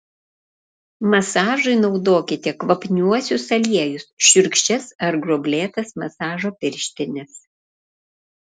masažui naudokite kvapniuosius aliejus šiurkščias ar gruoblėtas masažo pirštines